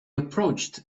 approached